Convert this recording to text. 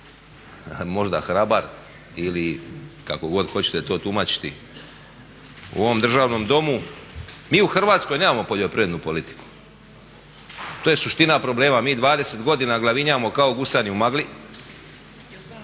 možda hrabar ili kako god hoćete to tumačiti, u ovom državnom Domu. Mi u Hrvatskoj nemamo poljoprivrednu politiku. To je suština problema. Mi 20 godina glavinjamo kao gusari u magli.